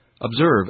Observe